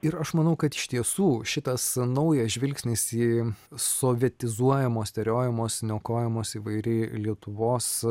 ir aš manau kad iš tiesų šitas naujas žvilgsnis į sovietizuojamos teriojamos niokojamos įvairiai lietuvos